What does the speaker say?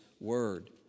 word